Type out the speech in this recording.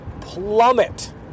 plummet